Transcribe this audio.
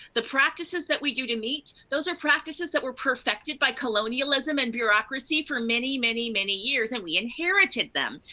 the practices that we do to meet, those are practices that were perfected by colonialism and bureaucracy for many, many, many years, and we inherited them.